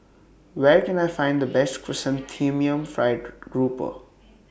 Where Can I Find The Best Chrysanthemum Fried Grouper